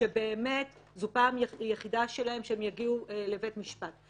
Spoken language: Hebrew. שזו פעם יחידה שלהם שהם יגיעו לבית משפט.